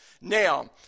Now